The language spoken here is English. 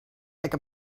like